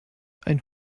ein